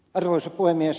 arvoisa puhemies